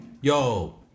yo